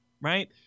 Right